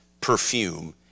perfume